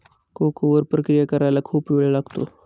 cocoa वर प्रक्रिया करायला खूप वेळ लागतो